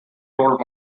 role